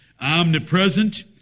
Omnipresent